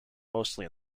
mostly